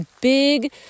big